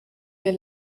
wir